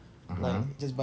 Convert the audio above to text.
(uh huh)